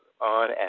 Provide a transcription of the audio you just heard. on